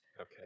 Okay